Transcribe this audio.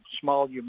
small